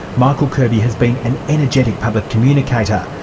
michael kirby has been an energetic public communicator,